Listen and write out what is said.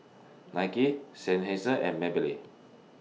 Nike Seinheiser and Maybelline